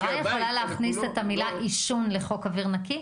יכולה להכניס את המילה עישון לחוק אוויר נקי?